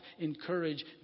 encourage